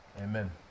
Amen